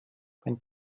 wenn